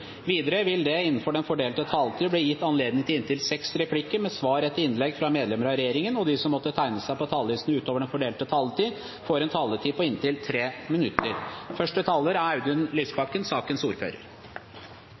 Videre vil det – innenfor den fordelte taletid – bli gitt anledning til inntil fem replikker med svar etter innlegg fra medlemmer av regjeringen, og de som måtte tegne seg på talerlisten utover den fordelte taletid, får også en taletid på inntil 3 minutter.